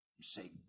say